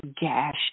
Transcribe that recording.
gash